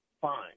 fine